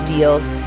Deals